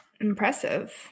Impressive